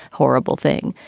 horrible thing.